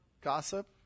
gossip